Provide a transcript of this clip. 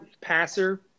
passer